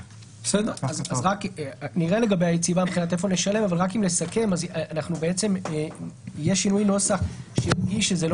נראה איפה אפשר לשלב אבל רק אם נסכם: יהיה שינוי נוסח שידגיש שהגישה